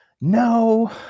No